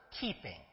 keeping